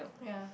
ya